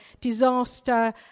disaster